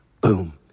Boom